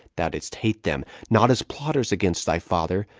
thou didst hate them, not as plotters against thy father,